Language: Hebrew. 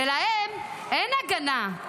ולהם אין הגנה.